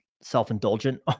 self-indulgent